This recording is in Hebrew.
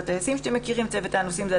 אלה הטייסים וצוות הנוסעים,